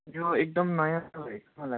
यो एकदम नयाँ छ है कलर